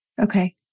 Okay